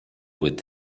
with